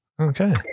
Okay